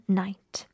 night